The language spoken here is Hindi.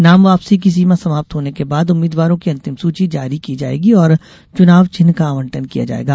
नाम वापसी की सीमा समाप्त होने के बाद उम्मीद्वारों की अंतिम सूची जारी की जाएगी और चुनाव चिन्ह का आवंटन किया जाएगा